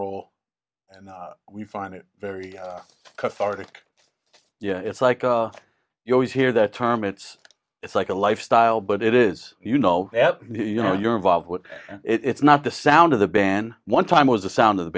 roll and we find it very cathartic yeah it's like you always hear that term it's it's like a lifestyle but it is you know you know you're involved with it it's not the sound of the ban one time was the sound of the